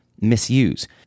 misuse